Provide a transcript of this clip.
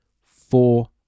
Four